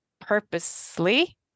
purposely